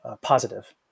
positive